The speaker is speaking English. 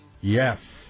Yes